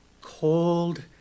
cold